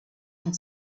and